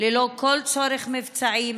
ללא כל צורך מבצעי.